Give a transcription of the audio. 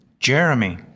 Jeremy